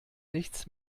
nichts